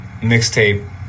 mixtape